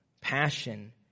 passion